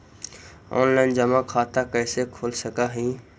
Online जमा खाता कैसे खोल सक हिय?